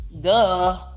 Duh